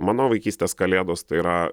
mano vaikystės kalėdos tai yra